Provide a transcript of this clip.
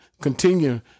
continue